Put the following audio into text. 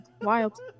wild